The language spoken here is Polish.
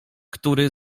który